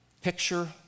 picture